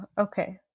okay